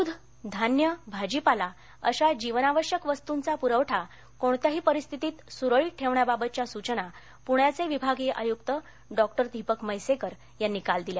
दूध धान्य भाजीपाला अशा जीवनावश्यक वस्तूंचा प्रवठा कोणत्याही परिस्थितीत सुरळीत ठेवण्याबाबतघ्या सूचना प्रभाचे विभागीय आयुक्त डॉ दिपक म्हैसेकर यांनी काल दिल्या